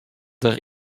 der